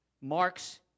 marks